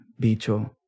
bicho